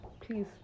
please